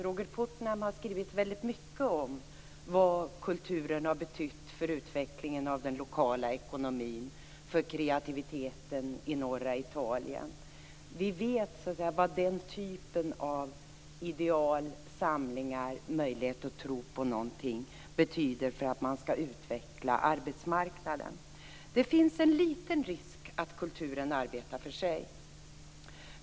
Robert Putnam har skrivit väldigt mycket om vad kulturen har betytt för utvecklingen av den lokala ekonomin, för kreativiteten i norra Italien. Vi vet vad den typen av ideal, samlingar, möjlighet att tro på något betyder för att arbetsmarknaden skall utvecklas. Det finns en liten risk att kulturen arbetar för sig.